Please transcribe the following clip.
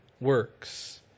works